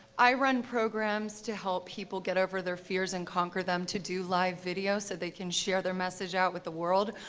i run programs to help people get over their fears and conquer them to do live videos so that they can share their message out with the world.